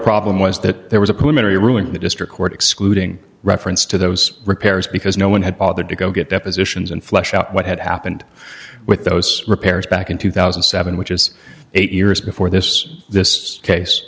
problem was that there was a preliminary ruin in the district court excluding reference to those repairs because no one had bothered to go get depositions and flesh out what had happened with those repairs back in two thousand and seven which is eight years before this this case